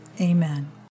Amen